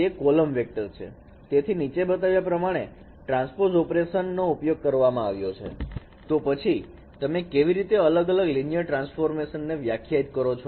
તે column vector છે તેથી નીચે બતાવ્યા પ્રમાણે ટ્રાન્સપૉઝ ઓપરેશન નો ઉપયોગ કરવામાં આવ્યો છે તો પછી તમે કેવી રીતે એક અલગ લીનિયર ટ્રાન્સફોર્મ વ્યાખ્યાયિત કરો